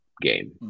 game